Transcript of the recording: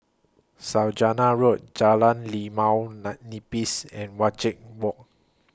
Saujana Road Jalan Limau NAN Nipis and Wajek Walk